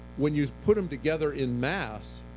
when you put them together in mass,